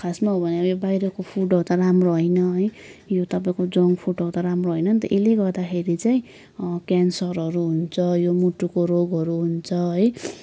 खासमा हो भने अब यो बाहिरको फुडहरू त राम्रो होइन है यो तपाईँको जङ्क फुडहरू त राम्रो होइन नि त यसले गर्दाखेरि चाहिँ क्यान्सरहरू हुन्छ यो मुटुको रोगहरू हुन्छ है